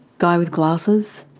guy with glasses.